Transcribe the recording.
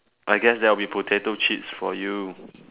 I guess that will be potato chips for you